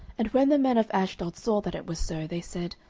and when the men of ashdod saw that it was so, they said,